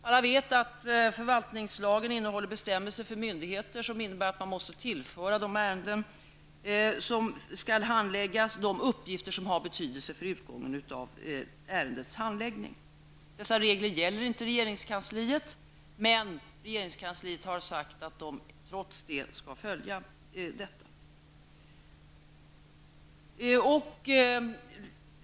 Jag vet att förvaltningslagen innehåller bestämmelser för myndigheter, innebärande att man beträffande de ärenden som skall handläggas måste tillhandahålla de uppgifter som har betydelse för handläggningen. Dessa regler gäller inte regeringskansliet, men regeringskansliet har sagt att man trots detta skall följa bestämmelserna i fråga.